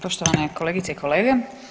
Poštovane kolegice i kolege.